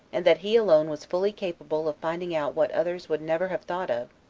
and that he alone was fully capable of finding out what others would never have thought of,